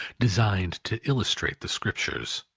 designed to illustrate the scriptures.